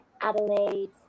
Adelaide